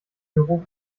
büro